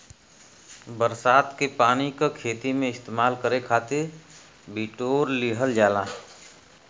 बरसात के पानी क खेती में इस्तेमाल करे खातिर बिटोर लिहल जाला